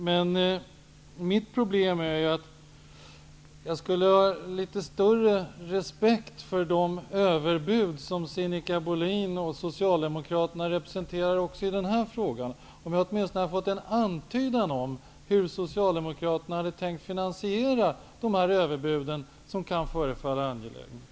Men jag skulle ha litet större respekt för de överbud som Sinikka Bohlin och Socialdemokraterna för fram också i den här frågan, om jag hade fått åtminstone en antydan om hur Socialdemokraterna hade tänkt finansiera dessa överbud, som kan förefalla angelägna.